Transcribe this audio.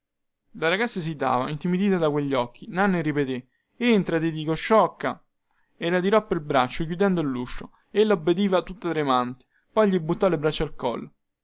la ragazza esitava intimidita da quegli occhi nanni ripetè entra ti dico sciocca e la tirò pel braccio chiudendo luscio ella obbediva tutta tremante poi gli buttò le braccia al collo